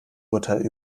urteil